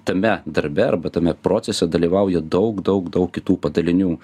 tame darbe arba tame procese dalyvauja daug daug daug kitų padalinių